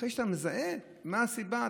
אחרי שאתה מזהה מה הסיבה,